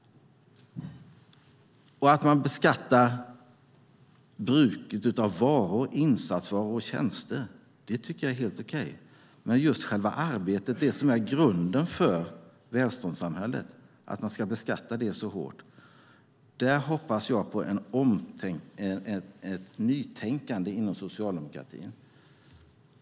Att man vill beskatta bruket av varor, insatsvaror och tjänster tycker jag är helt okej, men när det gäller att beskatta själva arbetet så hårt, det som är grunden för välståndssamhället, hoppas jag på ett nytänkande inom socialdemokratin.